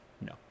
No